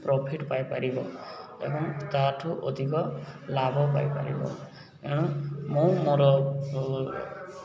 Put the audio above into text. profit ପାଇପାରିବ ଏବଂ ତା'ଠୁ ଅଧିକ ଲାଭ ପାଇପାରିବ ଏଣୁ ମୁଁ ମୋର